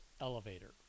elevator